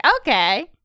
okay